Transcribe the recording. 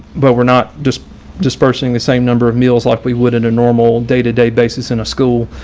but we're not just dispersing the same number of meals like we would in a normal day to day basis in a school.